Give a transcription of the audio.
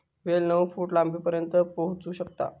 वेल नऊ फूट लांबीपर्यंत पोहोचू शकता